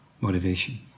motivation